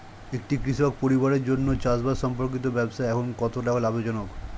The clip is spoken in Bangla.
একটি কৃষক পরিবারের জন্য চাষবাষ সম্পর্কিত ব্যবসা এখন কতটা লাভজনক?